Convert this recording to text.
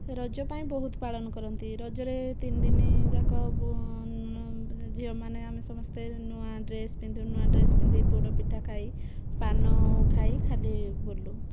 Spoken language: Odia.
ରଜ ପାଇଁ ବହୁତ ପାଳନ କରନ୍ତି ରଜରେ ତିନିଦିନ ଯାକ ଝିଅମାନେ ଆମେ ଆମେ ସମସ୍ତେ ନୂଆ ଡ୍ରେସ୍ ପିନ୍ଧୁ ନୂଆ ଡ୍ରେସ୍ ପିନ୍ଧି ପୋଡ଼ ପିଠା ଖାଇ ପାନ ଖାଇ ଖାଲି ବୁଲୁ